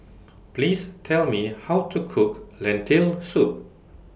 Please Tell Me How to Cook Lentil Soup